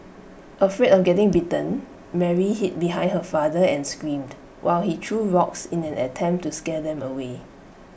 afraid of getting bitten Mary hid behind her father and screamed while he threw rocks in an attempt to scare them away